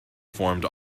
formed